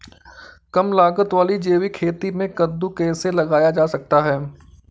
कम लागत वाली जैविक खेती में कद्दू कैसे लगाया जा सकता है?